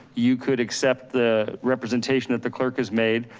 you could accept the representation that the clerk has made,